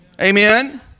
Amen